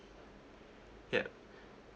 yup